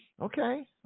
Okay